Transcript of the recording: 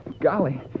Golly